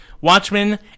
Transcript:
Watchmen